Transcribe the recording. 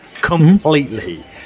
completely